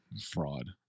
Fraud